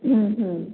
ହୁଁ ହୁଁ